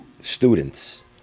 students